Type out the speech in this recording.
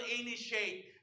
initiate